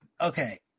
Okay